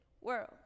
world